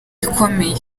ikomeye